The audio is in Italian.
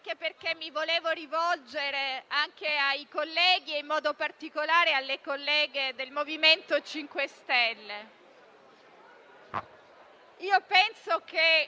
perché mi volevo rivolgere anche ai colleghi e, in modo particolare, alle colleghe del MoVimento 5 Stelle.